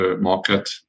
market